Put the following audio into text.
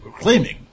claiming